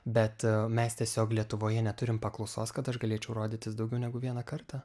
bet mes tiesiog lietuvoje neturim paklausos kad aš galėčiau rodytis daugiau negu vieną kartą